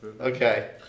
Okay